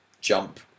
jump